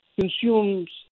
consumes